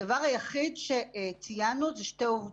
הדבר היחיד שציינו הוא שתי עובדות.